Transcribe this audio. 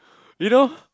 you know